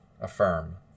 affirm